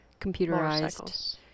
Computerized